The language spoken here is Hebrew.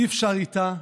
אי-אפשר איתה,